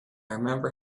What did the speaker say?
remember